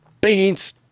beans